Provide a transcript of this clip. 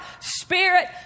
spirit